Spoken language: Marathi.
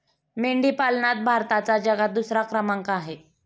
मेंढी पालनात भारताचा जगात दुसरा क्रमांक आहे